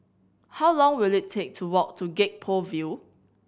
how long will it take to walk to Gek Poh Ville